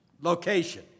Location